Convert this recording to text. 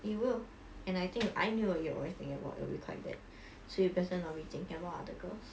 it will and I think I knew what you are always thinking about will be quite bad so you best not be thinking about other girls